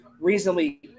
reasonably